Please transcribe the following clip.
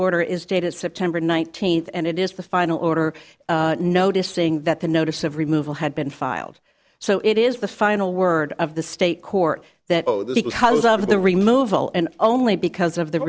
order is dated september nineteenth and it is the final order noticing that the notice of removal had been filed so it is the final word of the state court that o the cause of the removal and only because of the